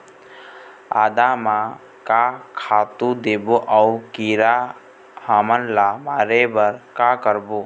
आदा म का खातू देबो अऊ कीरा हमन ला मारे बर का करबो?